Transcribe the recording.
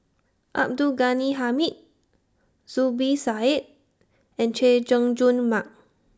Abdul Ghani Hamid Zubir Said and Chay Jung Jun Mark